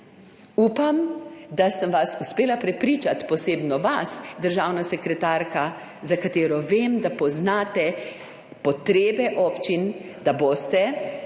Upam, da sem vas uspela prepričati, posebno vas državna sekretarka, za katero vem, da poznate potrebe občin, da boste,